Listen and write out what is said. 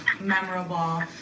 memorable